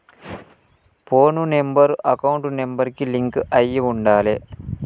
పోను number account number కి link అయ్యి ఉండాలే